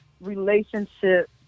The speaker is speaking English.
relationship